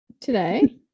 today